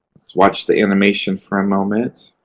let's watch the animation for a moment.